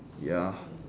ya